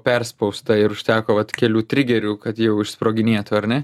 perspausta ir užteko vat kelių trigerių kad jau iš sproginėtų ar ne